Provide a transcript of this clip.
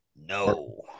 no